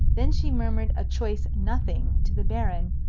then she murmured a choice nothing to the baron,